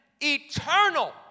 eternal